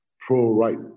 pro-right